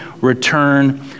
return